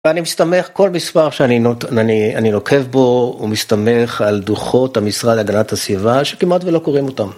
ואני מסתמך... כל מספר שאני נוקב בו, הוא מסתמך על דוחות המשרד להגנת הסביבה שכמעט ולא קוראים אותם.